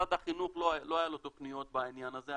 למשרד החינוך לא היו תוכניות בעניין הזה,